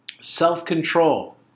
self-control